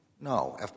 No